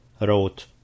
wrote